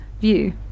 view